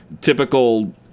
typical